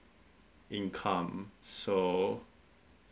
income so